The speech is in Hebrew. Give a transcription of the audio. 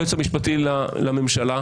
ליועץ המשפטי לממשלה,